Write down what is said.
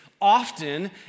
often